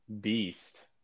Beast